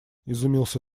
изумился